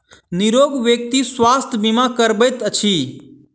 निरोग व्यक्ति स्वास्थ्य बीमा करबैत अछि